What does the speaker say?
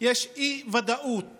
יש אי-ודאות